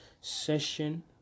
session